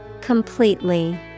Completely